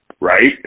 right